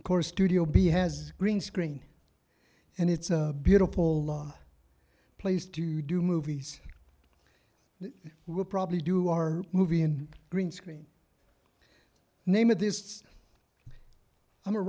of course studio b has green screen and it's a beautiful place to do movies and we'll probably do our movie in green screen name of this i'm a